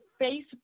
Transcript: Facebook